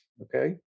Okay